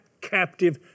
captive